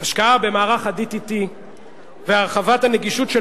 השקעה במערך ה-DTT והרחבת הנגישות של